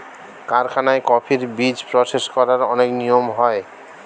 কারখানায় কফির বীজ প্রসেস করার অনেক নিয়ম হয়